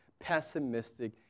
pessimistic